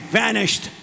vanished